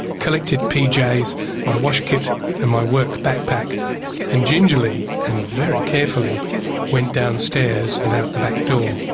collected pjs, my wash kit and my work backpack and gingerly and very carefully went downstairs and out the back door.